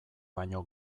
baino